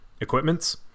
equipments